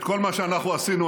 את כל מה שאנחנו עשינו,